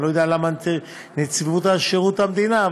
אני לא יודע למה צריך את נציבות שירות המדינה,